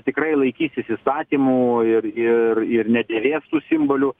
tikrai laikysis įstatymų ir ir ir nedėvės tų simbolių